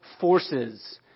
forces